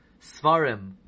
Svarim